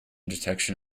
detection